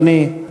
אדוני.